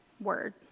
word